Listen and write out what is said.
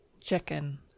Chicken